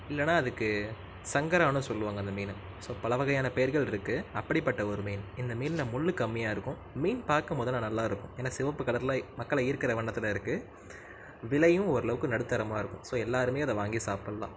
இல்லைனா அதுக்கு சங்கரானு சொல்லுவாங்க அந்த மீனை ஸோ பல வகையான பேர்கள் இருக்குது அப்படிப்பட்ட ஒரு மீன் இந்த மீன்ல முள் கம்மியாக இருக்கும் மீன் பார்க்க முதல்ல நல்லாயிருக்கும் ஏன்னா சிவப்பு கலர்ல மக்களை ஈர்க்கிற வண்ணத்தில் இருக்குது விலையும் ஓரளவுக்கு நடுத்தரமாக இருக்கும் ஸோ எல்லாருமே அதை வாங்கி சாப்பிட்லாம்